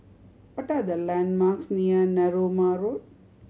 what are the landmarks near Narooma Road